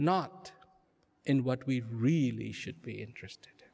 not in what we really should be interest